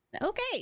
Okay